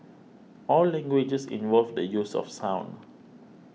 all languages involve the use of sound